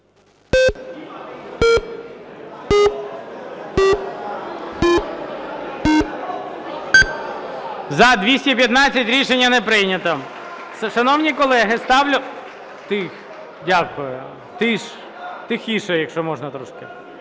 За-215 Рішення не прийнято.